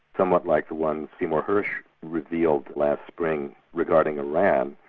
somewhat like the ones seymour hirsch revealed last spring regarded iran,